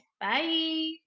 Bye